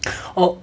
oh